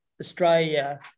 Australia